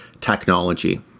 technology